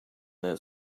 that